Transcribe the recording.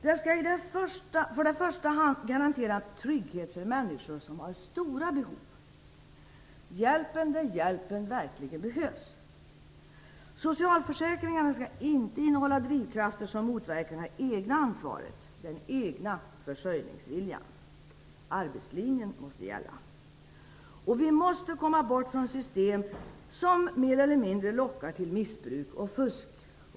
Det skall i första hand garantera trygghet för människor som har stora behov, dvs. erbjuda hjälp där hjälp verkligen behövs. Socialförsäkringarna skall inte innehålla drivkrafter som motverkar det egna ansvaret och den egna försörjningsviljan. Arbetslinjen måste gälla. Vi måste komma bort från system som mer eller mindre lockar till missbruk och fusk.